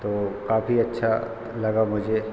तो काफ़ी अच्छा लगा मुझे